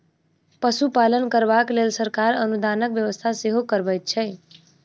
पशुपालन करबाक लेल सरकार अनुदानक व्यवस्था सेहो करबैत छै